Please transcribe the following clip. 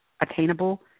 attainable